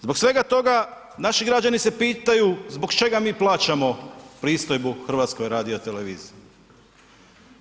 Zbog svega toga naši građani se pitaju zbog čega mi plaćamo pristojbu HRT-u?